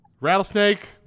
rattlesnake